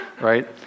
right